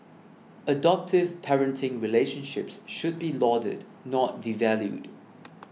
adoptive parenting relationships should be lauded not devalued